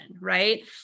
right